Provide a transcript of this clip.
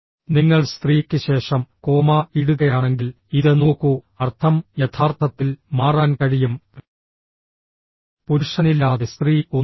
നിങ്ങൾ സ്ത്രീക്ക് ശേഷം കോമാ ഇടുകയാണെങ്കിൽ ഇത് നോക്കൂ അർത്ഥം യഥാർത്ഥത്തിൽ മാറാൻ കഴിയും പുരുഷനില്ലാതെ സ്ത്രീ ഒന്നുമല്ല